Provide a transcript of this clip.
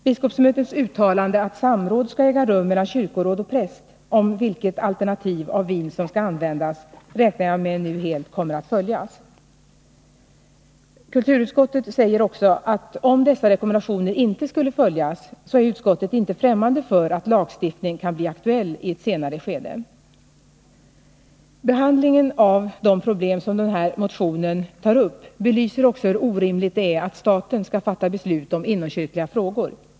Biskopsmötets uttalande att samråd skall äga rum mellan kyrkoråd och präst om vilket alternativ av vin som skall användas, räknar jag med nu helt kommer att följas. Kulturutskottet säger också att om dessa rekommendationer inte skulle följas, så är utskottet inte främmande för att lagstiftning kan bli aktuell i ett senare skede. Behandlingen av de problem som den här motionen tar upp belyser också hur orimligt det är att staten skall fatta beslut om inomkyrkliga frågor.